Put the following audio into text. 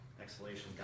exhalation